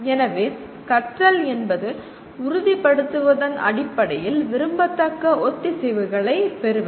எனவே கற்றல் என்பது உறுதிப்படுத்துவதன் அடிப்படையில் விரும்பத்தக்க ஒத்திசைவுகளை பெறுவது